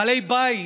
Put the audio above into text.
בעלי בית,